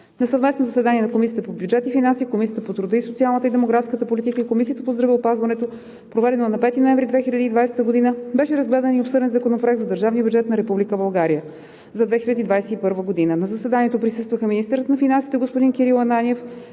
На съвместно заседание на Комисията по бюджет и финанси, Комисията по труда, социалната и демографската политика и Комисията по здравеопазването, проведено на 5 ноември 2020 г., беше разгледан и обсъден Законопроекта за държавния бюджет на Република България за 2021 г. На заседанието присъстваха министърът на финансите – господин Кирил Ананиев;